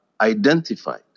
identified